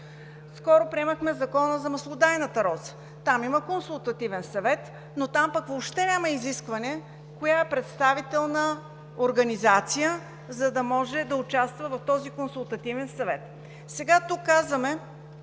Скоро приехме Закона за маслодайната роза и там има Консултативен съвет, но там въобще няма изискване коя е представителната организация, за да може да участва в този Консултативен съвет.